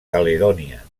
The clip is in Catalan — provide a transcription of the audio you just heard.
caledònia